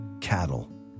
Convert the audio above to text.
cattle